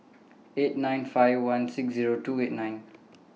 eight nine six five one six Zero two eight nine